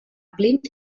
plint